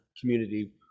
community